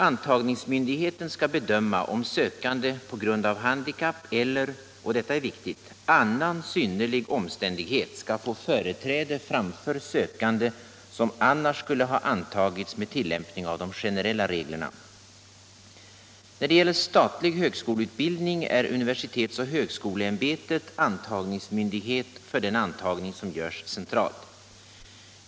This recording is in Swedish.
Antagningsmyndigheten skall bedöma om sökande på grund av handikapp eller — och detta är viktigt — annan synnerlig omständighet skall få företräde framför sökande, som annars skulle ha antagits med tillämpning av de generella reglerna. När det gäller statlig högskoleutbildning är universitetsoch högsko leämbetet antagningsmyndighet för den antagning som görs centralt.